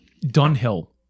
Dunhill